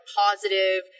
positive